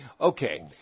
okay